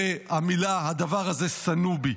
והדבר הזה שנוא עליי".